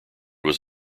was